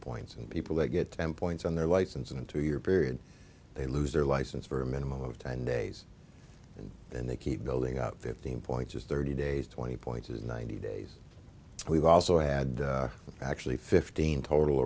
points and people that get ten points on their license and two year period they lose their license for a minimum of ten days and then they keep building up fifteen points is thirty days twenty points is ninety days we've also had actually fifteen total